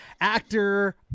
actor